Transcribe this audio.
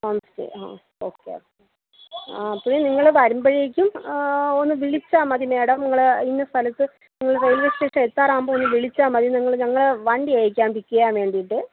homestay okay okay ആ അപ്പോഴേ നിങ്ങൾ വരുമ്പോഴേക്കും ഒന്ന് വിളിച്ചാൽ മതി മേഡം നിങ്ങൾ ഇന്ന സ്ഥലത്തു നിങ്ങൾ റെയിൽവെ സ്റ്റേഷൻ എത്താറാകുമ്പോൾ ഒന്ന് വിളിച്ചാൽ മതി നിങ്ങൾ ഞങ്ങൾ വണ്ടിയയക്കാം പിക്ക് ചെയ്യാൻ വേണ്ടിയിട്ട്